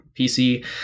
pc